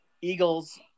Eagles